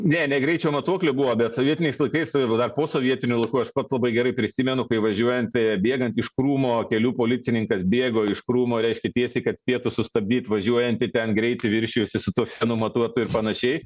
ne ne greičio matuokliai buvo bet sovietiniais laikais o jeigu dar posovietiniu laiku aš pats labai gerai prisimenu kai važiuojant bėgant iš krūmo kelių policininkas bėgo iš krūmo reiškia tiesiai kad spėtų sustabdyt važiuojantį ten greitį viršijusį su tuo fenu matuotu ir panašiai